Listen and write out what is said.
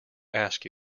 ask